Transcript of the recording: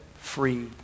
free